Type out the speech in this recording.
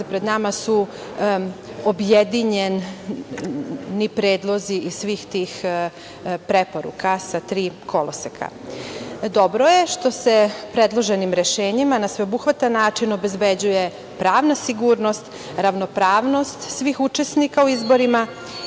pred nama su objedinjeni predlozi iz svih tih preporuka sa tri koloseka. Dobro je što se predloženim rešenjima na sveobuhvatan način obezbeđuje pravna sigurnost, ravnopravnost svih učesnika u izborima